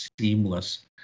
seamless